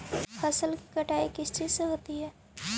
फसल की कटाई किस चीज से होती है?